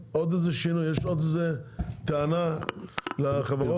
יש עוד איזו טענה לחברות?